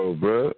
bro